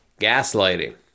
gaslighting